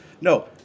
No